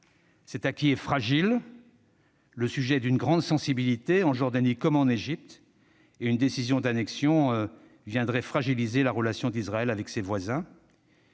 Cet acquis est fragile. Le sujet est d'une grande sensibilité en Jordanie comme en Égypte. Une décision d'annexion viendrait fragiliser la relation d'Israël avec ses voisins.